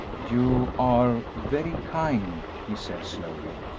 you are very kind, he said, slowly,